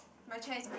my chair is green